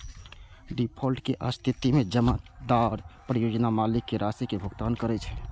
default के स्थिति मे जमानतदार परियोजना मालिक कें राशि के भुगतान करै छै